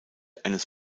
eines